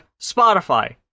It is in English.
Spotify